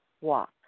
Walk